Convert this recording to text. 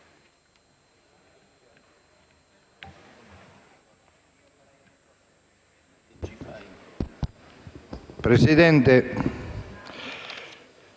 Presidente,